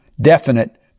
definite